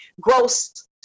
gross